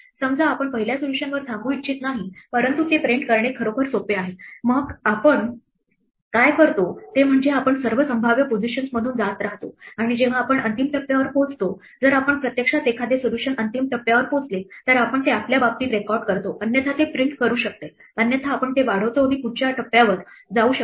समजा आपण पहिल्या सोल्युशनवर थांबू इच्छित नाही परंतु ते प्रिंट करणे खरोखर सोपे आहे मग आपण काय करतो ते म्हणजे आपण सर्व संभाव्य पोझिशनमधून जात राहतो आणि जेव्हा आपण अंतिम टप्प्यावर पोहोचतो जर आपण प्रत्यक्षात एखादे सोल्युशन अंतिम टप्प्यावर पोहोचले तर आपण ते आमच्या बाबतीत रेकॉर्ड करतो अन्यथा ते प्रिंट करू शकते अन्यथा आपण ते वाढवतो आणि पुढच्या टप्प्यावर जाऊ शकतो